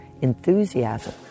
enthusiasm